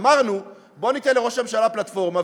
אמרנו: בוא ניתן לראש הממשלה פלטפורמה.